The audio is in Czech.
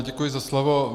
Děkuji za slovo.